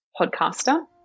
podcaster